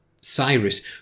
Cyrus